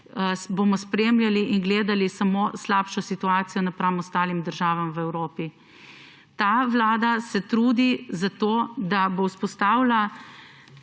letih spremljali in gledali samo slabšo situacijo napram ostalim državam v Evropi. Ta vlada se trudi za to, da bo vzpostavila